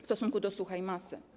w stosunku do suchej masy.